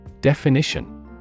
Definition